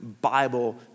Bible